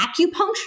Acupuncture